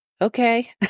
Okay